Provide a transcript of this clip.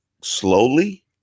slowly